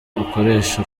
ukoresha